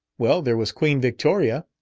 well, there was queen victoria.